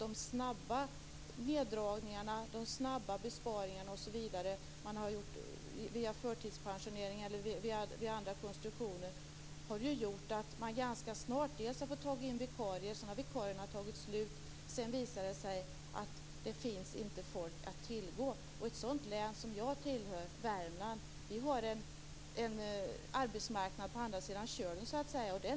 De snabba neddragningarna och de snabba besparingarna - via förtidspensioneringar eller andra konstruktioner - har gjort att man ganska snabbt har fått ta in vikarier. Så har vikarierna tagit slut. Sedan visar det sig att det inte finns folk att tillgå. I det län jag tillhör - Värmland - har vi en arbetsmarknad på andra sidan Kölen. Det är Norge.